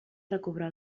recobrar